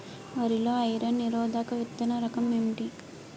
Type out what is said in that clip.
వరి లో ఐరన్ నిరోధక విత్తన రకం ఏంటి?